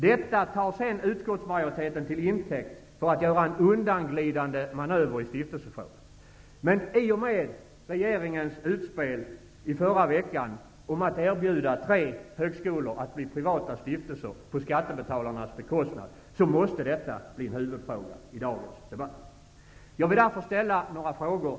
Detta tar utskottsmajoriteten till intäkt för att göra en undanglidande manöver i stiftelsefrågan. Men i och med regeringens utspel i förra veckan om att erbjuda tre högskolor att bli privata stiftelser på skattebetalarnas bekostnad måste detta bli en huvudfråga i dagens debatt.